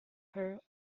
her